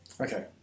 Okay